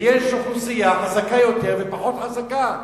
ויש אוכלוסייה חזקה יותר וחזקה פחות.